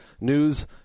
news